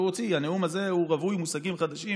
הוא הוציא, הנאום הזה רווי מושגים חדשים